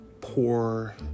poor